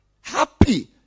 Happy